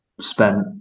spent